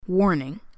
Warning